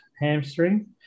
hamstring